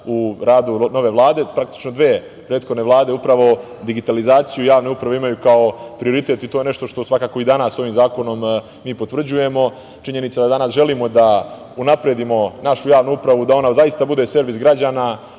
u radu nove Vlade, praktično dve prethodne vlade, upravo digitalizaciju javne uprave imaju kao prioritet i to je nešto što svakako i danas ovim zakonom mi potvrđujemo. Činjenica da danas želimo da unapredimo našu javnu upravu, da ona zaista bude servis građana